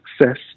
success